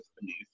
beneath